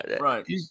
right